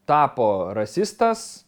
tapo rasistas